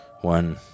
one